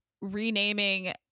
renaming